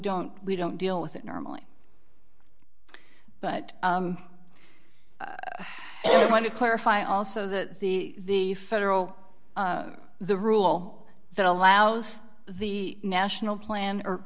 don't we don't deal with it normally but i want to clarify also that the the federal the rule that allows the national plan